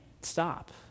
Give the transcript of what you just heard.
stop